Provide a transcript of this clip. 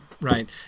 right